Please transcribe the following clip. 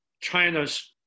China's